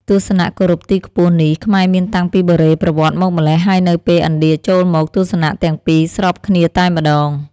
ទស្សនៈគោរពទីខ្ពស់នេះខ្មែរមានតាំងពីបុរេប្រវត្តិមកម្ល៉េះ ហើយនៅពេលឥណ្ឌាចូលមក ទស្សនៈទាំងពីរស្របគ្នាតែម្តង។